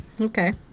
Okay